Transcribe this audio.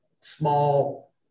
small